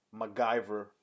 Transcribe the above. MacGyver